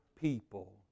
people